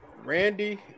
Randy